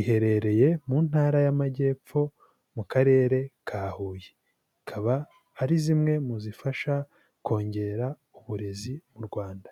iherereye mu Ntara y'Amajyepfo mu Karere ka Huye, akaba ari zimwe mu zifasha kongera uburezi mu Rwanda.